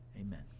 amen